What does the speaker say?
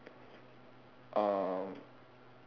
um